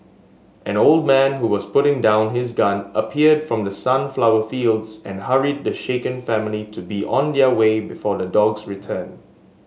an old man who was putting down his gun appeared from the sunflower fields and hurried the shaken family to be on their way before the dogs return